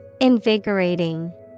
Invigorating